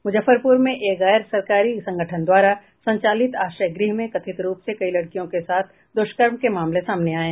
मुजफ्फरपुर में एक गैर सरकारी संगठन द्वारा संचालित आश्रयगृह में कथित रूप से कई लड़कियों के साथ द्रष्कर्म के मामले सामने आए थे